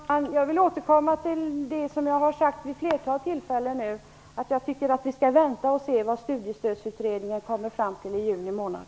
Fru talman! Jag vill återkomma till det som jag har sagt vid ett flertal tillfällen nu, att jag tycker att vi skall vänta och se vad Studiestödsutredningen kommer fram till i juni månad.